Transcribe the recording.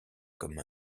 comme